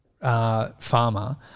farmer